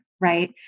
right